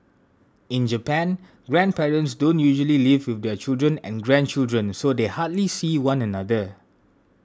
in Japan grandparents don't usually live with their children and grandchildren so they hardly see one another